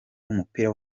w’umupira